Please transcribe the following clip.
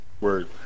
Word